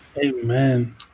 Amen